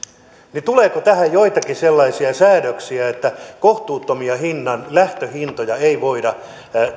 eli tuleeko tähän joitakin sellaisia säädöksiä että kohtuuttomia lähtöhintoja ei voida